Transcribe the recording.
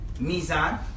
Mizan